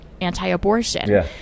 anti-abortion